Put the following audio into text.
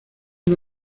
una